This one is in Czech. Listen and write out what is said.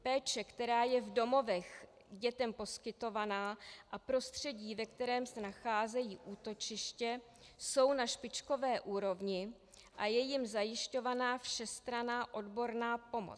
Péče, která je v domovech dětem poskytována, a prostředí, ve kterém nacházejí útočiště, jsou na špičkové úrovni a je jim zajišťována všestranná odborná pomoc.